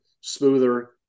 smoother